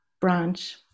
branch